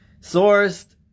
Sourced